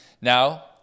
Now